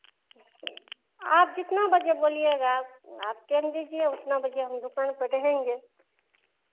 आप जितना बजे बोलिएगा आप टेम दीजिए उतना बजे हम दुकान पे रहेंगे